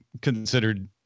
considered